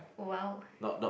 !wow!